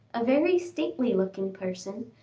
a very stately-looking person,